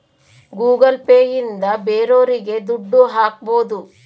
Google Pay ಇಂದ ಬೇರೋರಿಗೆ ದುಡ್ಡು ಹಾಕ್ಬೋದು